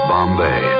Bombay